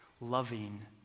loving